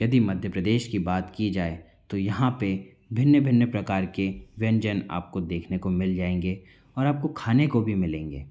यदि मध्य प्रदेश की बात की जाए तो यहाँ पे भिन्न भिन्न प्रकार के व्यंजन आपको देखने को मिल जाएंगे और आपको खाने को भी मिलेंगे